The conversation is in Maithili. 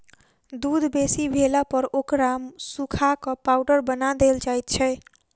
दूध बेसी भेलापर ओकरा सुखा क पाउडर बना देल जाइत छै